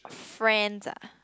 friends ah